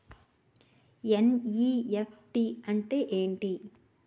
NEFT అంటే ఎంటి?